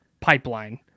pipeline